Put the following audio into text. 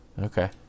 Okay